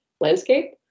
landscape